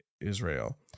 Israel